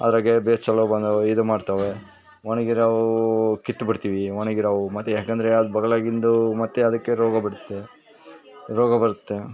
ಅದ್ರಾಗೆ ಬೇಚಲೊ ಬಂದರೆ ಇದು ಮಾಡ್ತವೆ ಒಣಗಿರೋವು ಕಿತ್ತು ಬಿಡ್ತಿವಿ ಒಣಗಿರೋವು ಮತ್ತು ಯಾಕಂದರೆ ಅದು ಬಗಲಗಿಂದು ಮತ್ತು ಅದಕ್ಕೆ ರೋಗ ಬರುತ್ತೆ ರೋಗ ಬರುತ್ತೆ